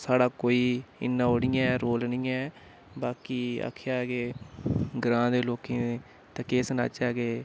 साढ़ा कोई इन्ना ओह् नी ऐ रोल नी ऐ बाकी आखेआ केह् ऐ ग्रांऽ दे लोकें गी ते केह् सनाचै के